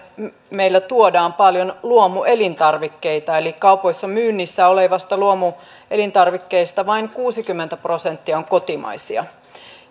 meillä tuodaan paljon luomuelintarvikkeita eli kaupoissa myynnissä olevista luomuelintarvikkeista vain kuusikymmentä prosenttia on kotimaisia